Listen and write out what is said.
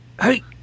hey